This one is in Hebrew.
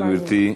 תודה רבה, גברתי.